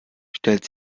stellt